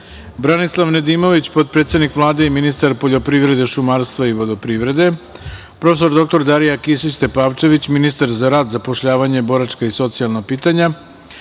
Branislav Nedimović, potpredsednik Vlade i ministar poljoprivrede, šumarstva i vodoprivrede; prof. dr Darija Kisić Tepavčević, ministar za rad, zapošljavanje, boračka i socijalna pitanja;